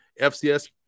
FCS